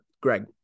greg